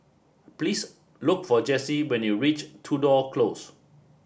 please look for Jessie when you reach Tudor Close